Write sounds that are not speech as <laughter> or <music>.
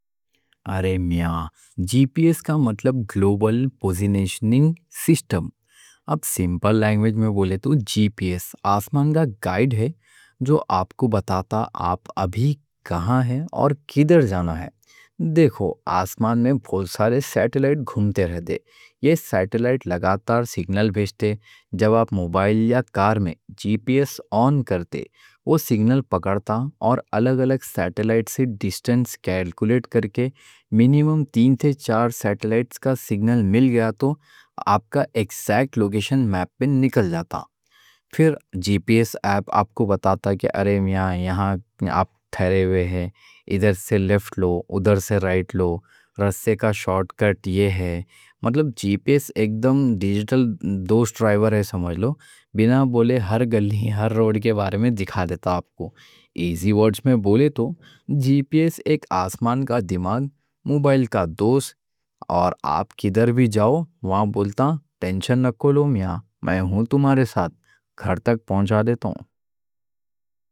ارے میاں، جی پی ایس کا مطلب گلوبل پوزیشننگ سسٹم۔ اب سمپل لینگویج میں بولے تو جی پی ایس آسمان کا گائیڈ ہے جو آپ کو بتاتا، آپ ابھی کہاں ہے اور کدھر جانا ہے، دیکھو۔ آسمان میں بہت سارے سیٹیلائٹ گھومتے رہتے، یہ سیٹیلائٹ لگاتار سگنل بھیجتے۔ جب آپ موبائل یا کار میں جی پی ایس آن کرتے، وہ سگنل پکڑتا۔ اور الگ الگ سیٹیلائٹ سے ڈسٹنس کیلکولیٹ کرکے، منیمم تین تے چار سیٹیلائٹ کا سگنل مل گیا تو آپ کا ایگزیکٹ لوکیشن میپ میں نکل جاتا۔ پھر جی پی ایس آپ کو بتاتا کہ ارے میاں، یہاں آپ ٹھہرے ہوئے ہیں۔ ادھر سے لیفٹ لو، ادھر سے رائٹ لو، رستے کا شارٹ کٹ یہ ہے۔ مطلب جی پی ایس ایک دم ڈیجیٹل <hesitation> دوست ڈرائیور ہے، سمجھ لو۔ بینا بولے ہر گلی ہر روڈ کے بارے میں دکھا دیتا۔ آپ کو ایزی ورڈز میں بولے تو جی پی ایس ایک آسمان کا دماغ، موبائل کا دوست، اور آپ کدھر بھی جاؤ وہاں بولتا ٹینشن نکو لو میاں، میں ہوں تمہارے ساتھ، گھر تک پہنچا دیتا ہوں۔